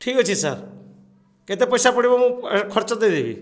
ଠିକ୍ ଅଛି ସାର୍ କେତେ ପଇସା ପଡ଼ିବ ମୁଁ ଖର୍ଚ୍ଚ ଦେଇଦେବି